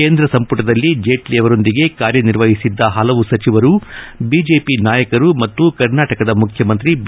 ಕೇಂದ್ರ ಸಂಪುಟದಲ್ಲಿ ಜೇಟ್ಲಿ ಅವರೊಂದಿಗೆ ಕಾರ್ಯನಿರ್ವಹಿಸಿದ್ದ ಹಲವು ಸಚಿವರು ಬಿಜೆಪಿ ನಾಯಕರು ಮತ್ತು ಕರ್ನಾಟಕದ ಮುಖ್ಯಮಂತ್ರಿ ಬಿ